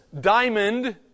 diamond